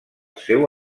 seu